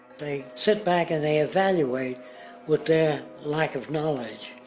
they sit back and they evaluate with their lack of knowledge,